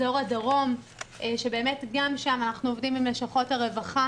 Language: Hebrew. אזור הדרום שבאמת גם שם אנחנו עובדים עם לשכות הרווחה